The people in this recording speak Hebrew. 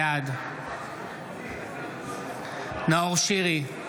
בעד נאור שירי,